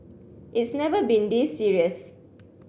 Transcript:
it's never been this serious